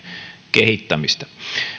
kehittämistä